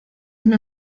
mir